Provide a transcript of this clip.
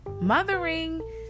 mothering